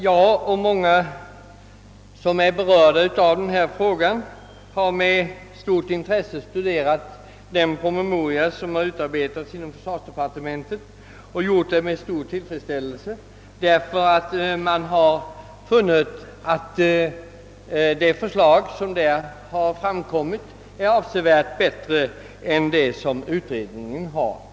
Jag och många andra som är beroende av denna fråga har med stort intresse studerat den promemoria som utarbetats inom försvarsdepartementet, och jag har gjort det med stor tillfredsställelse eftersom förslaget är avsevärt bättre än utredningens.